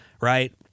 right